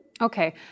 Okay